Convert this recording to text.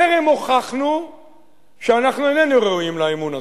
טרם הוכחנו שאנחנו איננו ראויים לאמון הזה.